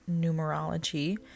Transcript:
numerology